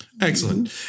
Excellent